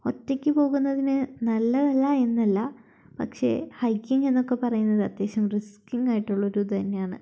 ഒറ്റയ്ക്കു പോകുന്നതിന് നല്ലതല്ല എന്നല്ല പക്ഷേ ഹൈക്കിങ്ങ് എന്നൊക്കെ പറയുന്നത് അത്യാവിശ്യം റിസ്കിങ്ങ് ആയിട്ടുള്ളൊരു ഇതുതന്നെയാണ്